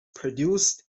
produced